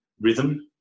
rhythm